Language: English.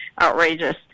outrageous